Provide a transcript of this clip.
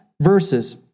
verses